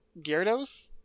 Gyarados